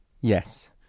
yes